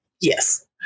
yes